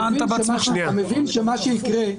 טעה במקרה מסוים,